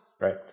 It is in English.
Right